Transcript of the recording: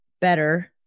better